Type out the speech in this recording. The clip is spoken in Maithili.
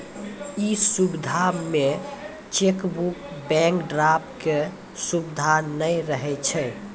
इ सुविधा मे चेकबुक, बैंक ड्राफ्ट के सुविधा नै रहै छै